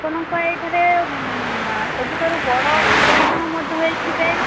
ଆପଣଙ୍କ ଏଇଠାରେ ସବୁଠାରୁ ବଡ଼ ପୂଜା ମାନଙ୍କ ମଧ୍ୟ ହେଇଥିବେ